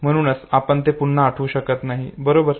आणि म्हणूनच आपण ते पुन्हा आठवू शकत नाही बरोबर